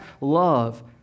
love